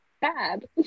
bad